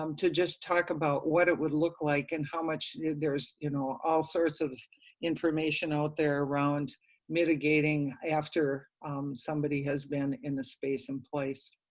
um to just talk about what it would look like and how much there's you know all sorts of information out there around mitigating after somebody has been in the space and place.